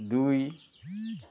দুই